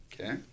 okay